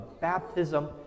baptism